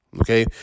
okay